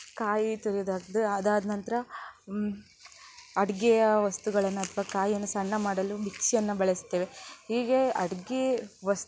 ಕಾಯಿ ತುರಿಯುದಾದ್ರೆ ಅದಾದ ನಂತರ ಅಡುಗೆಯ ವಸ್ತುಗಳನ್ನ ಅಥ್ವಾ ಕಾಯಿಯನ್ನು ಸಣ್ಣ ಮಾಡಲು ಮಿಕ್ಸಿಯನ್ನು ಬಳಸ್ತೇವೆ ಹೀಗೆ ಅಡುಗೆ ವಸ್ತು